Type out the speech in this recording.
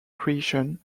creation